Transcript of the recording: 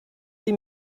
sie